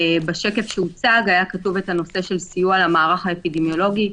בשקף שהוצג היה כתוב: "סיוע למערך האפידמיולוגי".